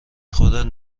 خودت